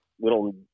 little